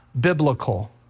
biblical